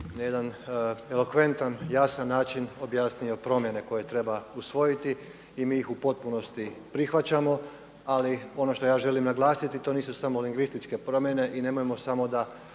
jedan elokventan, jasan način objasnio promjene koje treba usvojiti i mi ih u potpunosti prihvaćamo. Ali ono što ja želim naglasiti to nisu samo lingvističke promjene i nemojmo samo da